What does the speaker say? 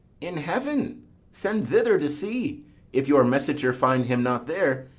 in heaven send thither to see if your messenger find him not there,